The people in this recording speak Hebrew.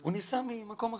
הוא ניסה ממקום אחר.